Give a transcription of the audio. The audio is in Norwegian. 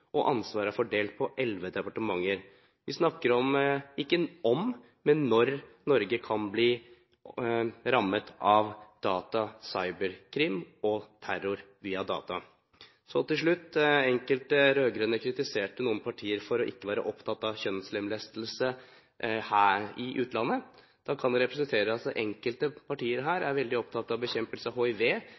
og ansvaret er fordelt på elleve departementer. Vi snakker ikke om hvis, men når Norge kan bli rammet av data-/cyberkrim og terror via data. Til slutt: Enkelte rød-grønne kritiserte noen partier for ikke å være opptatt av kjønnslemlestelse i utlandet. Enkelte representanter for partier her er veldig opptatt av bekjempelse av hiv